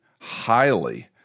highly